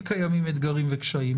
תמיד קיימים אתגרים וקשיים.